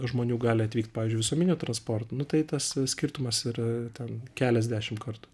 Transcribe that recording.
žmonių gali atvykt pavyzdžiui visuomeniniu transportu nu tai tas skirtumas ir ten keliasdešim kartų